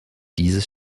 dieses